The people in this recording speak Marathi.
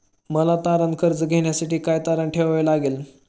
मला तारण कर्ज घेण्यासाठी काय तारण ठेवावे लागेल?